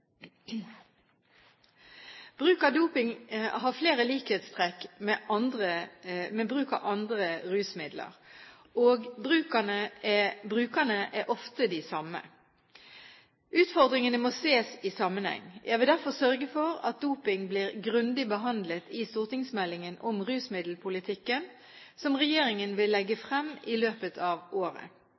Bruk av doping har flere likhetstrekk med bruk av andre rusmidler, og brukerne er ofte de samme. Utfordringene må ses i sammenheng. Jeg vil derfor sørge for at doping blir grundig behandlet i stortingsmeldingen om rusmiddelpolitikken som regjeringen vil legge frem i løpet av året.